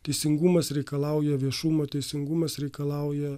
teisingumas reikalauja viešumo teisingumas reikalauja